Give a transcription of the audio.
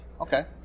Okay